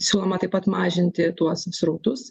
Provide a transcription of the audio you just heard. siūloma taip pat mažinti tuos srautus